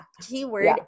Keyword